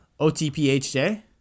OTPHJ